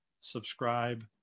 subscribe